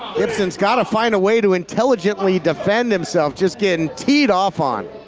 gibson's gotta find a way to intelligently defend himself, just getting teed off on.